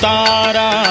Tara